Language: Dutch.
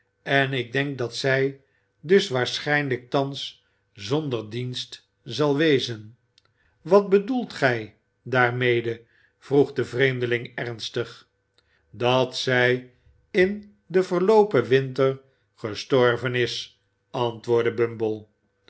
en ik denk dat zij dus waarschijnlijk thans zonder dienst zal wezen wat bedoelt gij daarmede vroeg de vreemdeling ernstig dat zij in den verloopen winter gestorven is antwoordde